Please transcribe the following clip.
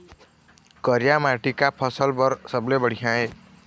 करिया माटी का फसल बर सबले बढ़िया ये?